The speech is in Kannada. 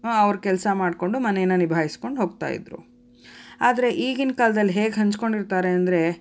ಅವ್ರ ಕೆಲಸ ಮಾಡಿಕೊಂಡು ಮನೆನ ನಿಭಾಯಿಸ್ಕೊಂಡು ಹೋಗ್ತಾ ಇದ್ದರು ಆದರೆ ಈಗಿನ ಕಾಲ್ದಲ್ಲಿ ಹೇಗೆ ಹಂಚ್ಕೊಂಡು ಇರ್ತಾರೆ ಅಂದರೆ